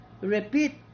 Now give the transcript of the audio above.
Repeat